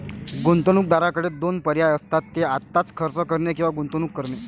गुंतवणूकदाराकडे दोन पर्याय असतात, ते आत्ताच खर्च करणे किंवा गुंतवणूक करणे